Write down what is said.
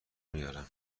میارم